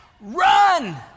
Run